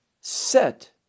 set